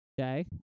Okay